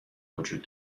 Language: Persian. وجود